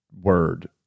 word